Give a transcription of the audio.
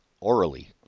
orally